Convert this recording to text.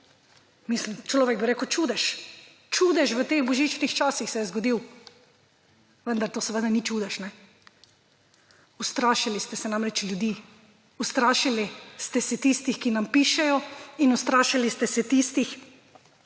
Mislim, človek bi rekel čudež, čudež v teh božičnih časih se je zgodil, vendar to seveda ni čudež. Ustrašili ste se namreč ljudi, ustrašili ste se tistih, ki nam pišejo, in ustrašili ste se tistih,